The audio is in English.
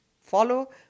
follow